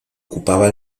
ocupaba